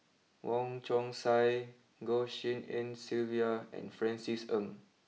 Wong Chong Sai Goh Tshin En Sylvia and Francis Ng